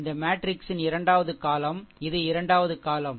இந்த மேட்ரிக்ஸின் இரண்டாவது column இது இரண்டாவது column சரி